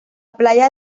playa